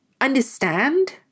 understand